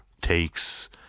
takes